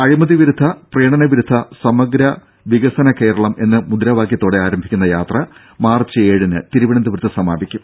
അഴിമതി വിരുദ്ധ പ്രീണന വിരുദ്ധ സമഗ്ര വികസന കേരളം എന്ന മുദ്രാവാക്യത്തോടെ ആരംഭിക്കുന്ന യാത്ര മാർച്ച് ഏഴിന് തിരുവനന്തപുരത്ത് സമാപിക്കും